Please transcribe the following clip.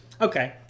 Okay